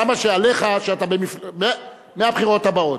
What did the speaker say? למה שעליך, מהבחירות הבאות.